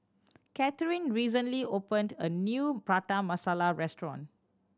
Catharine recently opened a new Prata Masala restaurant